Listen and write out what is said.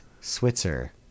Switzer